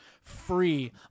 free